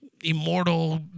immortal